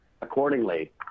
Accordingly